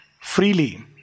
freely